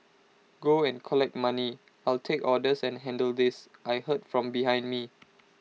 go and collect money I'll take orders and handle this I heard from behind me